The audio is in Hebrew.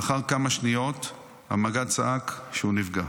לאחר כמה שניות המג"ד צעק שהוא נפגע.